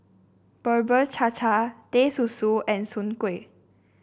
Bubur Cha Cha Teh Susu and Soon Kueh